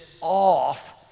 off